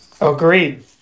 Agreed